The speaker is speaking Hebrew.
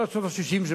עד שנות ה-60.